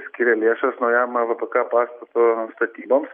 skiria lėšas naujam vpk pastato statyboms